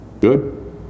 Good